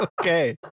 Okay